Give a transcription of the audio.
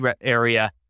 area